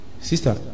Sister